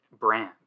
brand